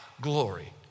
glory